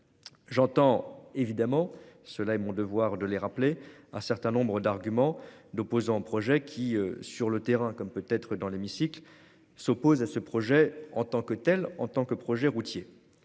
J'entends évidemment cela et mon devoir de les rappeler un certain nombre d'arguments d'opposants au projet qui sur le terrain comme peut être dans l'hémicycle s'oppose à ce projet en tant que telle, en tant que projet routier.